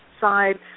side